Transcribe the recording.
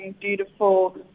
beautiful